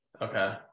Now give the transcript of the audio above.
okay